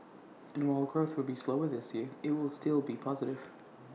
and while growth will be slower this year IT will still be positive